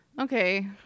okay